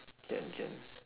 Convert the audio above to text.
can can